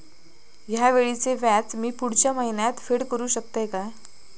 हया वेळीचे व्याज मी पुढच्या महिन्यात फेड करू शकतय काय?